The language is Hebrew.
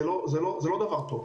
זה לא דבר טוב.